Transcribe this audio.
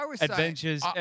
adventures